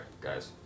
guys